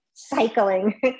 cycling